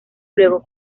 luego